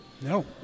No